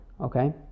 Okay